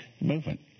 movement